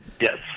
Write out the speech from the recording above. Yes